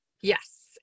Yes